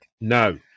no